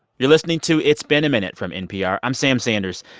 you're listening to it's been a minute from npr. i'm sam sanders.